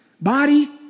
body